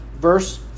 verse